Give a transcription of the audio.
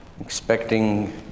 Expecting